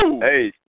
Hey